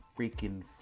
freaking